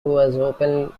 who